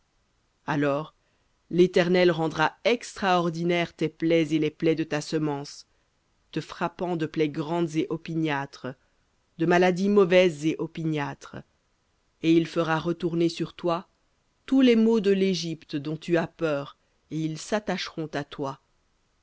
alors l'éternel rendra extraordinaires tes plaies et les plaies de ta semence de plaies grandes et opiniâtres de maladies mauvaises et opiniâtres et il fera retourner sur toi tous les maux de l'égypte dont tu as peur et ils s'attacheront à toi